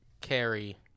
carry